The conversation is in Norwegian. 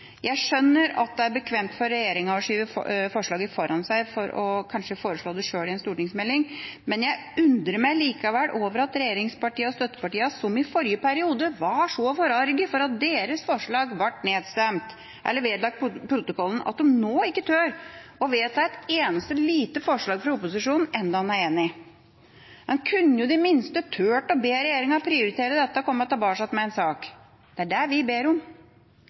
Jeg skjønner at det er bekvemt for regjeringa å skyve forslaget foran seg for kanskje å foreslå det sjøl i en stortingsmelding, men jeg undrer meg likevel over at regjeringspartiene og støttepartiene, som i forrige periode var så forarget for at deres forslag ble nedstemt eller vedlagt protokollen, nå ikke tør å vedta et eneste lite forslag fra opposisjonen, enda en er enig. En kunne jo i det minste ha turt å be regjeringa prioritere dette og komme tilbake med en sak – det er det vi ber om.